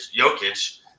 Jokic